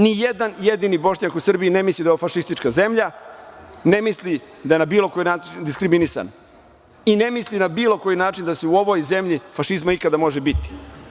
Ni jedan jedini Bošnjak u Srbiji ne misli da je ovo fašistička zemlja, ne misli da je na bilo koji način diskriminisan i ne misli na bilo koji način da u ovoj zemlji fašizma ikada može biti.